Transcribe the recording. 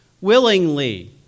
willingly